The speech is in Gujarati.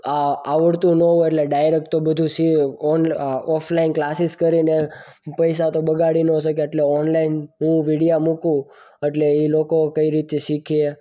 આ આવડતું ન હોય એટલે ડાયરેક્ટ તો બધું શી ઓન ઓફલાઈન ક્લાસીસ કરીને પૈસા તો બગાડી નો શકે એટલે ઓનલાઇન હું વિડિયા મૂકું એટલે એ લોકો કઈ રીતે શીખે